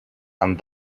and